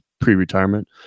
pre-retirement